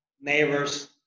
neighbors